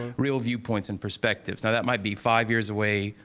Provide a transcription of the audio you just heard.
real viewpoints and perspectives. now, that might be five years away,